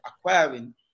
acquiring